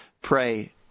pray